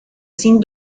sin